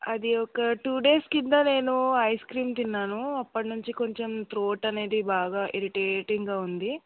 అది ఒక two days కింద నేను ఐస్ క్రీమ్ తిన్నాను అప్పుడి నుంచి కొంచెం త్రోట్ అనేది బాగా ఇరిటేటింగ్గా ఉంది